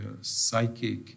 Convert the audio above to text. psychic